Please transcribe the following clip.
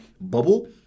bubble